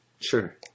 Sure